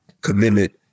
commitment